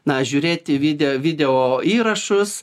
na žiūrėti video videoįrašus